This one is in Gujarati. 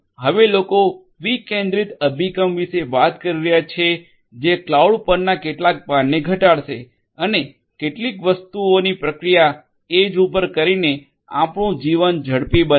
હવે લોકો વિકેન્દ્રિત અભિગમ વિશે વાત કરી રહ્યા છે જે ક્લાઉડ પરના કેટલાક ભારને ઘટાડશે અને કેટલીક વસ્તુઓની પ્રક્રિયા એજ પર કરીને આપણું જીવન ઝડપી બનાવશે